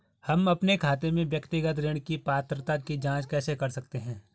हम अपने खाते में व्यक्तिगत ऋण की पात्रता की जांच कैसे कर सकते हैं?